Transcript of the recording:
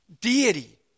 deity